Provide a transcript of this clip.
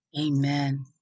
Amen